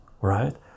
right